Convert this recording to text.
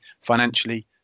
financially